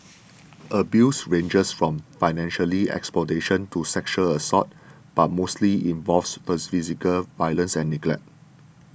abuse ranges from financial exploitation to sexual assault but mostly involves physical violence and neglect